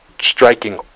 striking